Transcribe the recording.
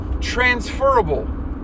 transferable